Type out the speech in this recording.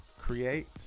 create